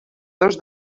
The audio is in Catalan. dos